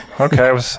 Okay